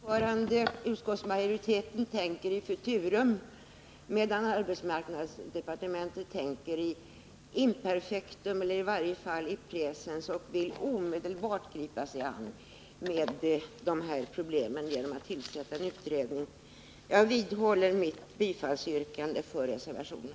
Fru talman! Utskottsmajoriteten tänker i futurum, medan arbetsmarknadsdepartementet tänker i imperfektum eller i varje fall i presens och vill omedelbart gripa sig an de här problemen genom att tillsätta en utredning. Jag vidhåller mitt yrkande om bifall till reservationen.